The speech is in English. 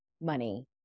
money